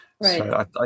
Right